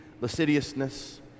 lasciviousness